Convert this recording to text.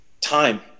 time